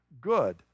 good